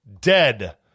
dead